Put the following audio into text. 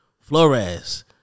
Flores